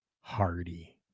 hardy